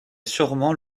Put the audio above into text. surement